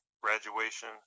Graduation